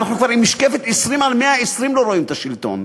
אנחנו כבר עם משקפת 20 על 120 לא רואים את השלטון.